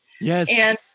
Yes